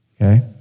Okay